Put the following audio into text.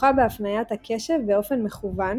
הכרוכה בהפניית הקשב באופן מכוון